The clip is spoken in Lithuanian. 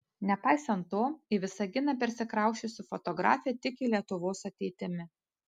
nepaisant to į visaginą persikrausčiusi fotografė tiki lietuvos ateitimi